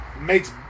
makes